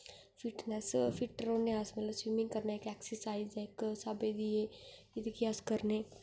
fitness fit रौह्ने अस मतलब कि स्विमिंग करने आं एक्सरसाइज ऐ इक स्हाबै दी इसी जेह्की अस करने